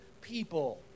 people